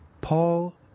Paul